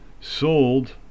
sold